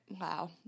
wow